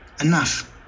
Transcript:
enough